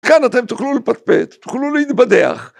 כאן אתם תוכלו לפטפט, תוכלו להתבדח.